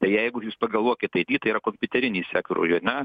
tai jeigu jūs pagalvokit aity tai yra kompiuteriniai sektoriai ar ne